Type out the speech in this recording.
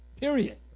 period